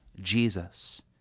Jesus